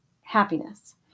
happiness